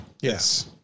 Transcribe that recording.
Yes